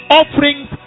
offerings